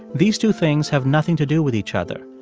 these two things have nothing to do with each other.